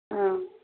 ಹಾಂ